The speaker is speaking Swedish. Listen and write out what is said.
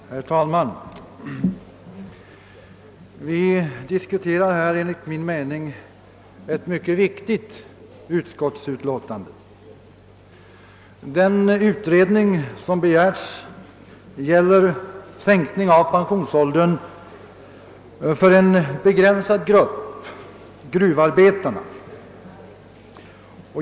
Herr talman! Vi diskuterar här enligt min mening ett mycket viktigt utskottsutlåtande. Den utredning som begärts gäller sänkning av pensionsåldern för en begränsad grupp, gruvarbetarna.